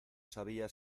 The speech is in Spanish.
sabía